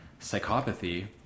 psychopathy